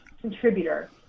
contributor